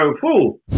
fool